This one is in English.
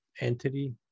entity